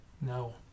No